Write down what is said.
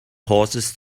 horses